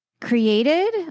created